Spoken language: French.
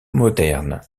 moderne